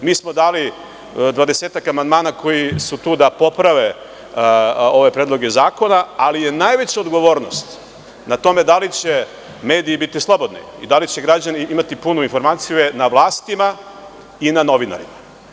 Dali smo dvadesetak amandmana koji su tu da poprave ove predloge zakona, ali je najveća odgovornost da li će mediji biti slobodni i da li će građani imati punu informaciju je na vlastima i na novinarima.